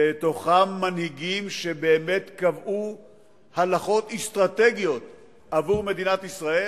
ובתוכם מנהיגים שבאמת קבעו הלכות אסטרטגיות עבור מדינת ישראל,